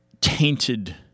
tainted